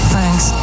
Thanks